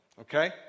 Okay